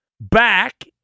back